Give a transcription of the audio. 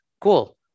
cool